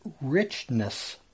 richness